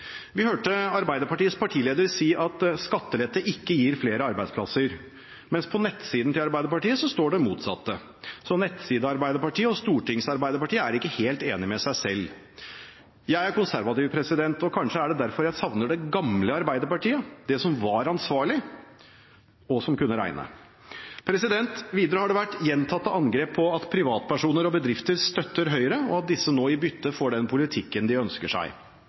Vi hørte Arbeiderpartiets partileder si at skattelette ikke gir flere arbeidsplasser, mens det på nettsiden til Arbeiderpartiet står det motsatte. Nettside-Arbeiderpartiet og Stortings-Arbeiderpartiet er ikke helt enig med seg selv. Jeg er konservativ. Kanskje er det derfor jeg savner det gamle Arbeiderpartiet – det som var ansvarlig, og som kunne regne. Videre har det vært gjentatte angrep på at privatpersoner og bedrifter støtter Høyre, og at disse nå i bytte får den politikken de ønsker.